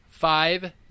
Five